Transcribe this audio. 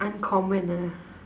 uncommon ah